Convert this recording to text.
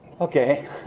Okay